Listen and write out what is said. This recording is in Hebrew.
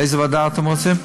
איזו ועדה אתם רוצים?